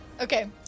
Okay